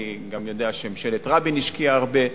אני גם יודע שממשלת רבין השקיעה הרבה.